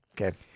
Okay